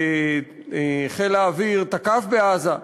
חיל האוויר תקף בעזה.